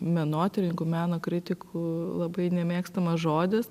menotyrininkų meno kritikų labai nemėgstamas žodis